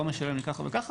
או לא משלם לי כך וכך,